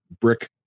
brick